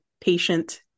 patient